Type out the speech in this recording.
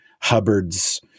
Hubbard's